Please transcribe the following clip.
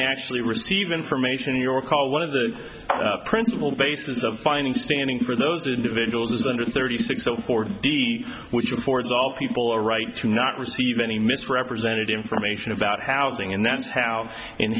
they actually receive information your call one of the principle basis of finding standing for those individuals under thirty six zero four d which reports all people a right to not receive any misrepresented information about housing and that's how in